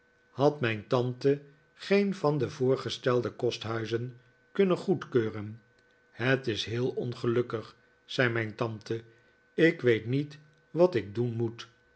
had mijn tante geen van de voorgestelde kosthuizen kunnen goedkeuren het is heel ongelukkig zei mijn tante ik weet niet wat ik doen moet